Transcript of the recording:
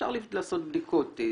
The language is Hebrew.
אפשר לעשות בדיקות,